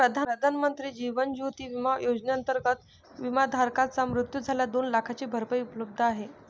प्रधानमंत्री जीवन ज्योती विमा योजनेअंतर्गत, विमाधारकाचा मृत्यू झाल्यास दोन लाखांची भरपाई उपलब्ध आहे